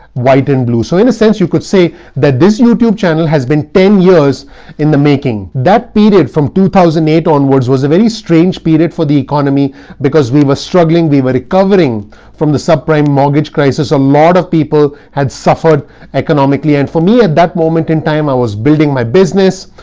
white and blue. so in a sense, you could say that this youtube channel has been ten years in the making. that period from two thousand and eight onwards was a very strange period for the economy because we were struggling. we were recovering from the subprime mortgage crisis. a lot of people had suffered economically. and for me at that moment in time, i was building my business,